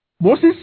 Moses